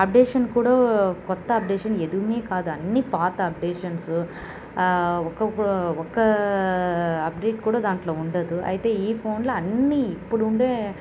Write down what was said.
updation కూడా కొత్త updation ఎదూమీ కాదు అన్నీ పాత అప్డేషన్సు ఆ ఒక ఒక అప్డేట్ కూడా దాంట్లొ ఉండదు అయితే ఈ ఫోన్లో అన్నీ ఇప్పుడుండే